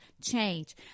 change